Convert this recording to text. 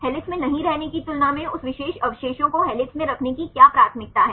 helix में नहीं रहने की तुलना में उस विशेष अवशेषों को हेलिक्स में रखने की क्या प्राथमिकता है